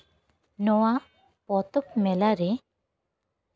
ᱱᱚᱣᱟ ᱯᱚᱛᱚᱵ ᱢᱮᱞᱟ ᱨᱮ